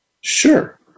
sure